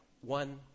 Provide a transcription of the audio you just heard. One